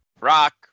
rock